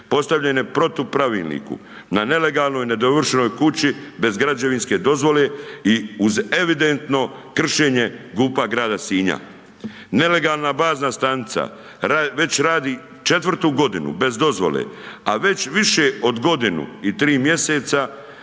postavljene protu pravilniku na nelegalnoj i nedovršenoj kući bez građevinske dozvole i uz evidentno kršenje GUP-a grada Sinja. Nelegalna bazna stanica već radi četvrtu godinu bez dozvole, a već više od godinu i 3 mjeseca